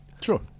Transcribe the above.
Sure